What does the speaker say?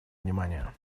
внимание